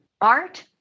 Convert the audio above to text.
Art